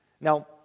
Now